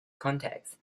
contacts